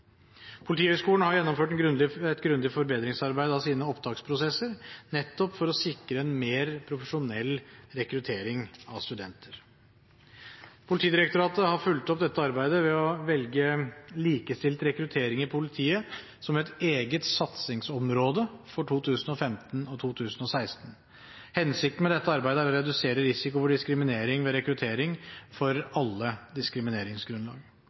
Politihøgskolen har gjennomført et grundig forbedringsarbeid av sine opptaksprosesser nettopp for å sikre en mer profesjonell rekruttering av studenter. Politidirektoratet har fulgt opp dette arbeidet ved å velge likestilt rekruttering i politiet som et eget satsingsområde for 2015 og 2016. Hensikten med dette arbeidet er å redusere risikoen for diskriminering ved rekruttering for alle diskrimineringsgrunnlag.